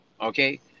okay